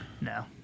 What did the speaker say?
No